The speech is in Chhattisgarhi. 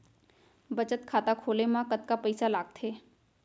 बचत खाता खोले मा कतका पइसा लागथे?